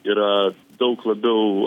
yra daug labiau